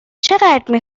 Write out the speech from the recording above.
چقدر